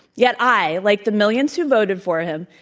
yet, i, like the millions who voted for him,